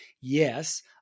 yes